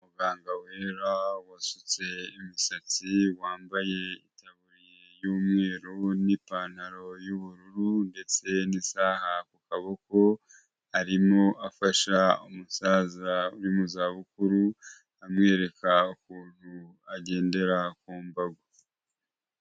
Umuganga wera wasutse imisatsi wambaye itaburiya y'umweru n'ipantaro y'ubururu ndetse n'isaha ku kaboko arimo afasha umusaza uri mu za bukuru amwereka ukuntu agendera ku mbago.